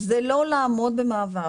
זה לא לעמוד במעבר.